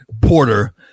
Porter